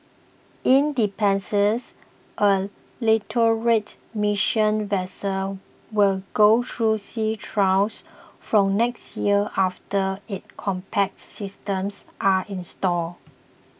independence a literate mission vessel will go through sea trials from next year after its combats systems are installed